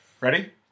ready